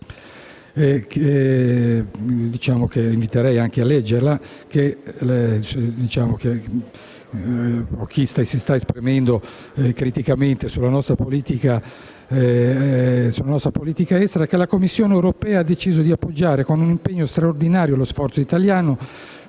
lettera che inviterei quanti si stanno esprimendo criticamente sulla nostra politica estera a leggere, che la Commissione europea ha deciso di appoggiare con un impegno straordinario lo sforzo italiano,